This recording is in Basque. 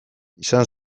izan